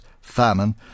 famine